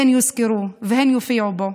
הן יוזכרו והן יופיעו בו.